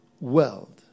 world